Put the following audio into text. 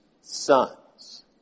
sons